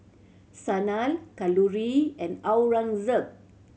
Sanal Kalluri and Aurangzeb